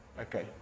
Okay